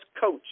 coach